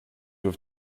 have